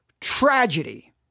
tragedy